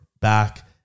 back